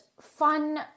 fun